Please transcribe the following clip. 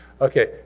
Okay